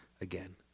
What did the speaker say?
again